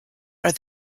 are